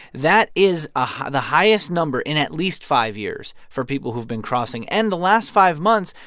that is ah the highest number in at least five years for people who've been crossing. and the last five months,